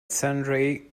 sundry